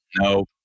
No